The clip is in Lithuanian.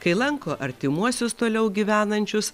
kai lanko artimuosius toliau gyvenančius